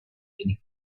any